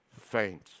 faint